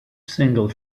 single